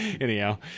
Anyhow